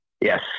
Yes